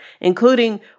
including